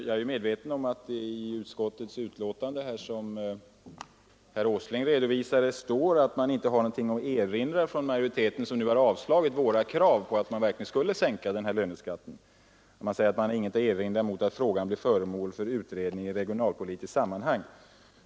Jag är medveten om att det, som herr Åsling redovisade, står i utskottets betänkande att majoriteten, som nu har avstyrkt våra krav på att man verkligen skall sänka löneskatten, inte har någonting att erinra mot att frågan blir föremål för utredning i regionalpolitiskt sammanhang.